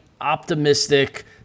optimistic